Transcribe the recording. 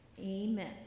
Amen